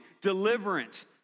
deliverance